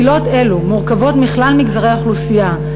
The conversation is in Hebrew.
קהילות אלו מורכבות מכלל מגזרי האוכלוסייה,